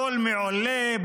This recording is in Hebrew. הכול מעולה.